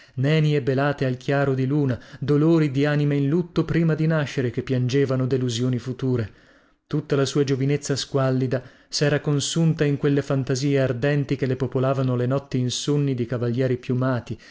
nenie belate al chiaro di luna dolori di anime in lutto prima di nascere che piangevano delusioni future tutta la sua giovinezza squallida sera consunta in quelle fantasie ardenti che le popolavano le notti insonni di cavalieri piumati